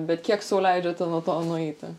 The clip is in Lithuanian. bet kiek sau leidžiate nuo to nueiti